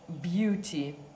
beauty